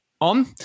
On